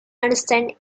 understand